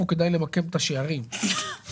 לא רק של אנשים בודדים ועצמאים אלא גם של חברות ואומרים